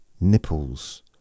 Nipples